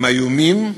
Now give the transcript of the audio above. הם איומים,